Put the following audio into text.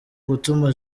gutuma